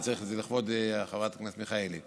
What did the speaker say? אני צריך את זה לכבוד חברת הכנסת מיכאלי,